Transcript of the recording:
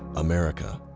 america,